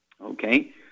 Okay